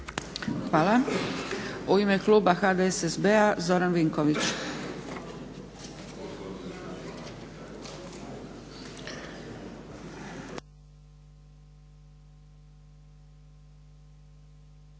Hvala. U ime kluba HDSSB-a Zoran Vinković.